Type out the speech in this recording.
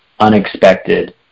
Unexpected